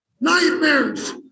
Nightmares